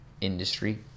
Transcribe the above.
industry